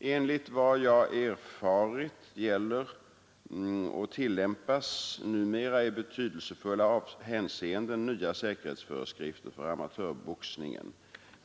Enligt vad jag har erfarit gäller och tillämpas numera i betydelsefulla hänseenden nya säkerhetsföreskrifter för amatörboxningen.